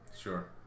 Sure